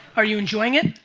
are you enjoying it?